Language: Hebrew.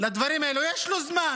לדברים האלה יש לו זמן.